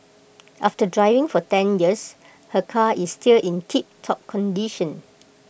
after driving for ten years her car is still in tiptop condition